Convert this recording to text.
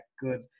good